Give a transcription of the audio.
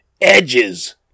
edges